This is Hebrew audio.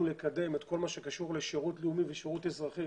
לקדם את כל מה שקשור לשירות לאומי ושירות אזרחי